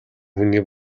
хүний